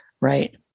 right